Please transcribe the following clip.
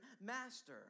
master